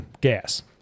gas